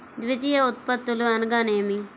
ద్వితీయ ఉత్పత్తులు అనగా నేమి?